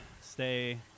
stay